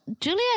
Julia